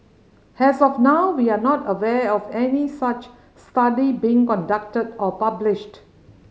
as of now we are not aware of any such study being conducted or published